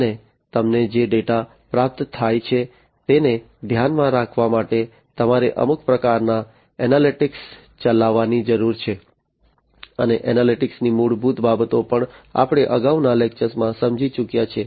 અને તમને જે ડેટા પ્રાપ્ત થાય છે તેને ધ્યાનમાં રાખવા માટે તમારે અમુક પ્રકારના એનાલિટિક્સ ચલાવવાની જરૂર છે અને એનાલિટિક્સની મૂળભૂત બાબતો પણ આપણે અગાઉના લેક્ચરમાં સમજી ચૂક્યા છીએ